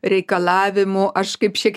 reikalavimų aš kaip šiek